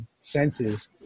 senses